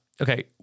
Okay